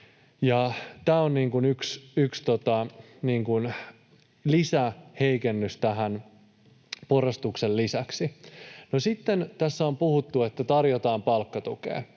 Tämä on yksi lisäheikennys tähän porrastuksen lisäksi. No, sitten tässä on puhuttu, että tarjotaan palkkatukea.